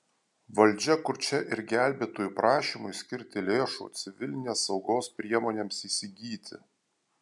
valdžia kurčia ir gelbėtojų prašymui skirti lėšų civilinės saugos priemonėms įsigyti